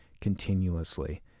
continuously